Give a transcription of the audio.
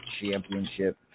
Championship